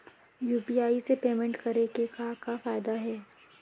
UPI से payment करे के का का फायदा हे?